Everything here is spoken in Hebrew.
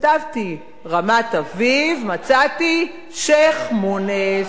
כתבתי רמת-אביב, מצאתי שיח'-מוניס.